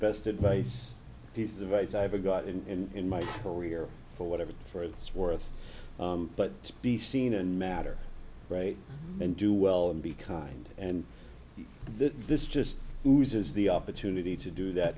best advice pieces of ice i ever got in in my career or whatever for it's worth but to be seen and matter right and do well and be kind and this just loses the opportunity to do that